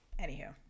Anywho